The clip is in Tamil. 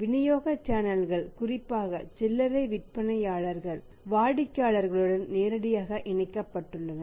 விநியோக சேனல்கள் குறிப்பாக சில்லறை விற்பனையாளர்கள் வாடிக்கையாளர்களுடன் நேரடியாக இணைக்கப்பட்டுள்ளனர்